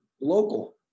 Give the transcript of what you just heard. local